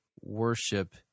worship